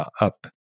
up